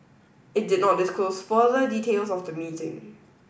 it did not disclose further details of the meeting